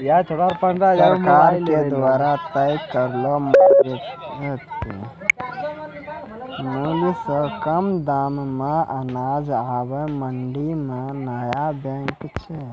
सरकार के द्वारा तय करलो मुल्य सॅ कम दाम मॅ अनाज आबॅ मंडी मॅ नाय बिकै छै